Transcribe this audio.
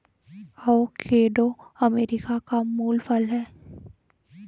avocado America का मूल फल है